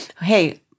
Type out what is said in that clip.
Hey